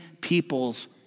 people's